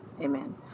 Amen